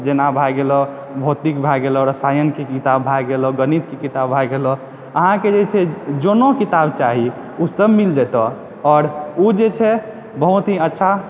जेना भै गेलय भौतिक भै गेलय रसायनके किताब भै गेलय गीता भै गेलय गणितके किताब भै गेलय अहाँके जे छै जेनो किताब चाही ओसभ मिल जेतय आओर ओ जे छै बहुत ही अच्छा